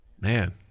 Man